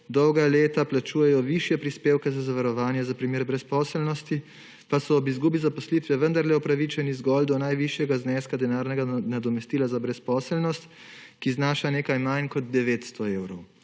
dolga leta plačujejo višje prispevke za zavarovanje za primer brezposelnosti, pa so ob izgubi zaposlitve vendarle upravičeni zgolj do najvišjega zneska denarnega nadomestila za brezposelnost, ki znaša nekaj manj kot 900 evrov.